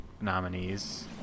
nominees